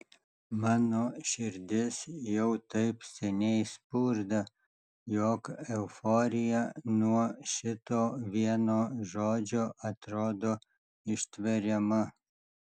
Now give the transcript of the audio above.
mano širdis jau taip seniai spurda jog euforija nuo šito vieno žodžio atrodo ištveriama